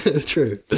true